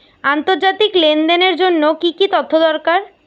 আন্তর্জাতিক লেনদেনের জন্য কি কি তথ্য দরকার?